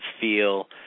feel